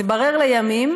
התברר לימים